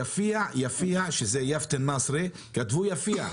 "יפיע" שזה "יאפת א-נאצרה", כתבו "יפיע",